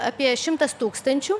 apie šimtas tūkstančių